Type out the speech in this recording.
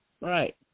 Right